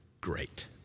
great